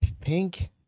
Pink